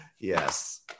Yes